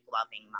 loving